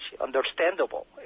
understandable